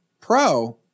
Pro